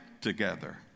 together